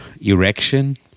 Erection